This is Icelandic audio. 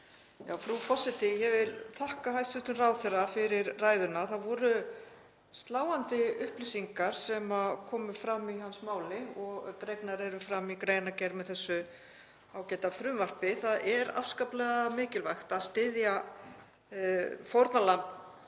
Frú forseti. Ég vil þakka hæstv. ráðherra fyrir ræðuna. Það voru sláandi upplýsingar sem komu fram í hans máli og dregnar eru fram í greinargerð með þessu ágæta frumvarpi. Það er afskaplega mikilvægt að styðja fórnarlömb